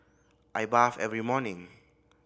I bath every morning